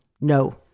No